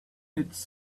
its